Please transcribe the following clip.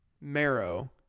marrow